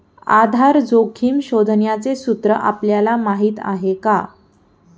आधार जोखिम शोधण्याचे सूत्र आपल्याला माहीत आहे का?